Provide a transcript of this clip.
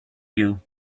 you